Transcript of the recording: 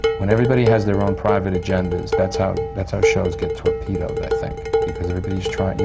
when everybody has their own private agendas, that's how that's how shows get torpedoed, i think. because everybody's trying, you